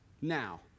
now